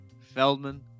Feldman